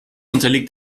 unterliegt